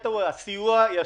הקטע הוא הסיוע הישיר.